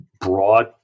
broad